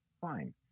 Fine